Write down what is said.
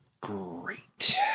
Great